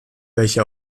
welche